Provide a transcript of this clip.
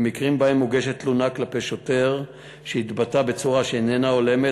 במקרים שבהם מוגשת תלונה כלפי שוטר שהתבטא בצורה שאיננה הולמת,